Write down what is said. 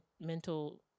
mental